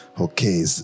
okay